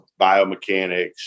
biomechanics